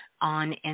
on